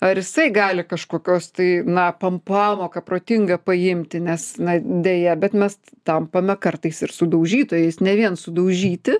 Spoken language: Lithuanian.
ar jisai gali kažkokios tai na pam pamoką protingą paimti nes na deja bet mes tampame kartais ir sudaužytojais ne vien sudaužyti